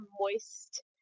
moist